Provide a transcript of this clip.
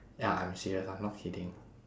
ya I'm serious I'm not kidding